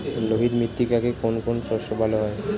লোহিত মৃত্তিকাতে কোন কোন শস্য ভালো হয়?